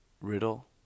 riddle